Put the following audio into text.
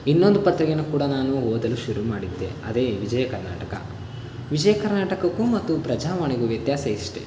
ಇನ್ನೊಂದು ಪತ್ರಿಕೆನ ಕೂಡ ನಾನು ಓದಲು ಶುರು ಮಾಡಿದ್ದೆ ಅದೇ ವಿಜಯ ಕರ್ನಾಟಕ ವಿಜಯ ಕರ್ನಾಟಕಕ್ಕೂ ಮತ್ತು ಪ್ರಜಾವಾಣಿಗೂ ವ್ಯತ್ಯಾಸ ಇಷ್ಟೆ